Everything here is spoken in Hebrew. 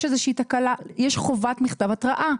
יש איזושהי תקלה, יש חובת מכתב התראה.